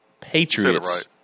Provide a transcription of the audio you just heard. Patriots